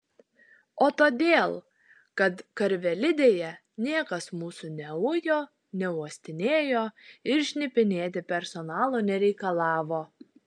o todėl kad karvelidėje niekas mūsų neujo neuostinėjo ir šnipinėti personalo nereikalavo